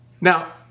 Now